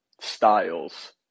styles